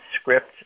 script